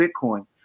Bitcoin